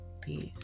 Peace